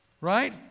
right